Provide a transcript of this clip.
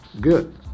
Good